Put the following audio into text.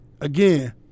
again